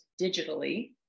digitally